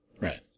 right